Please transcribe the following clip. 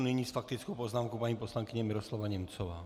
Nyní s faktickou poznámkou paní poslankyně Miroslava Němcová.